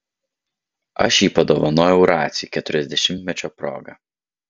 aš jį padovanojau raciui keturiasdešimtmečio proga